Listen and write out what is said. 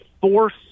force